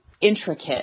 intricate